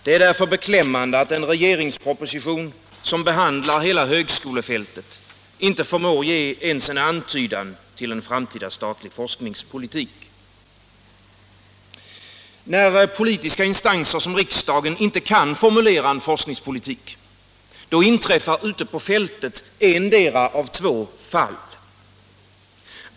Det är därför beklämmande att en regeringsproposition som behandlar hela högskolefältet inte förmår ge ens en antydan till en framtida statlig forskningspolitik. När politiska instanser som riksdagen inte kan formulera en forskningspolitik, då inträffar ute på fältet ettdera av två fall.